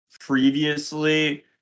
previously